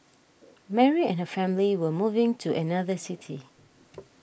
Mary and her family were moving to another city